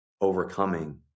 overcoming